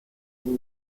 ihn